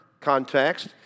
context